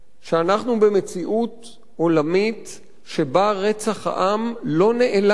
שאנחנו במציאות עולמית שבה רצח עם לא נעלם,